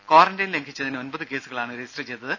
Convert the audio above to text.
quarantine ലംഘിച്ചതിന് ഒമ്പത് കേസുകളാണ് രജിസ്റ്റർ ചെയ്തത്